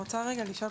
האישית,